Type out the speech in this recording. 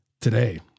today